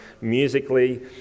musically